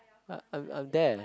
I I I am there